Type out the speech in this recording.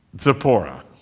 Zipporah